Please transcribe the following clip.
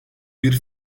bir